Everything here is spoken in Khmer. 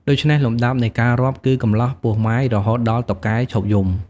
ដូច្នេះ លំដាប់នៃការរាប់គឺ កំលោះ ពោះម៉ាយ រហូតដល់តុកែឈប់យំ។